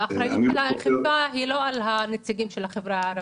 האחריות של האכיפה היא לא על הנציגים של החברה הערבית.